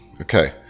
Okay